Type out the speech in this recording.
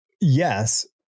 yes